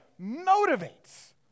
motivates